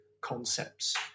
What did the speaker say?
concepts